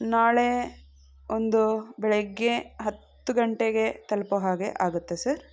ನಾಳೆ ಒಂದು ಬೆಳಗ್ಗೆ ಹತ್ತು ಗಂಟೆಗೆ ತಲುಪೋ ಹಾಗೆ ಆಗುತ್ತಾ ಸರ್